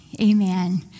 Amen